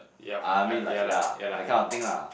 I mean like ya that kind of thing lah